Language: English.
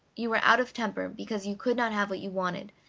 you were out of temper because you could not have what you wanted,